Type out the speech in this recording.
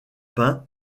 peints